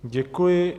Děkuji.